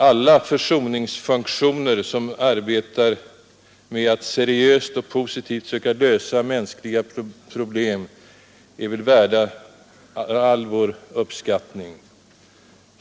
Alla försoningsfunktioner som arbetar med att seriöst och positivt söka lösa mänskliga problem är väl värda all vår uppskattning.